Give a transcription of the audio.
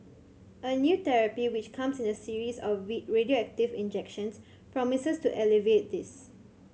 a new therapy which comes in a series of radioactive injections promises to alleviate this